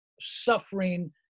suffering